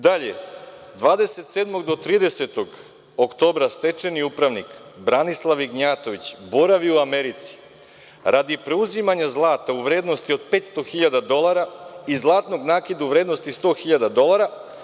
Dalje, 27. do 30. oktobra stečajni upravnik Branislav Ignjatović boravi u Americi radi preuzimanja zlata u vrednosti od 500 hiljada dolara i zlatnog nakita u vrednosti od 100 hiljada dolara.